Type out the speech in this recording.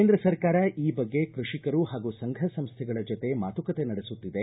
ಕೇಂದ್ರ ಸರ್ಕಾರ ಈ ಬಗ್ಗೆ ಕೃಷಿಕರು ಪಾಗೂ ಸಂಘ ಸಂಸ್ಥೆಗಳ ಜತೆ ಮಾತುಕತೆ ನಡೆಸುತ್ತಿದೆ